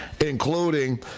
including